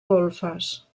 golfes